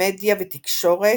מדיה ותקשורת,